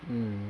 mm